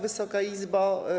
Wysoka Izbo!